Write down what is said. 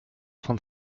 von